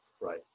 Right